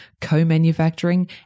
co-manufacturing